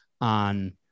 on